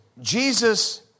Jesus